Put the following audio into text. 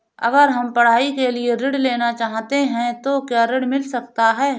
अगर हम पढ़ाई के लिए ऋण लेना चाहते हैं तो क्या ऋण मिल सकता है?